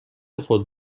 خود